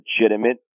legitimate